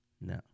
No